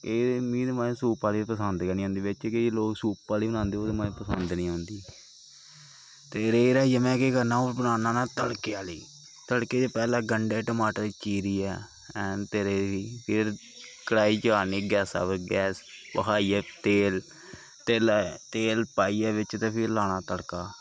एह् मिगी ते माय सूप आह्ली पसंद गै निं औंदी बिच्च केईं लोक सूप आह्ली बनांदे ओह् ते माय पसंद निं आंदी ते रेही राहियै में केह् करना होन्ना अ'ऊं बनान्ना होन्ना तड़के आह्ली तड़के च पैह्लें गंढे टमाटर चीरियै हैं तेरे दी फिर कड़ाही चाढ़नी गैसा पर गैस भखाइयै तेल तेला तेल पाइयै बिच्च ते फ्ही लाना तड़का